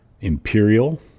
Imperial